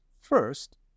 first